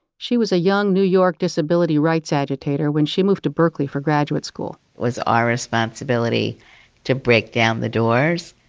she was a young new york disability rights agitator when she moved to berkeley for graduate school it was our responsibility to break down the doors.